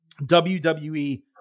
WWE